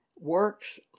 works